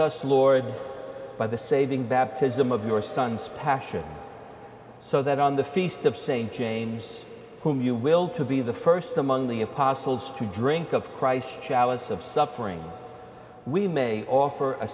us lord by the saving baptism of your sons passion so that on the feast of st james whom you will to be the st among the apostles to drink of christ chalice of suffering we may offer a